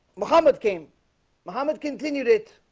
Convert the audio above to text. muhammad came mohammed continued it.